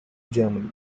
germany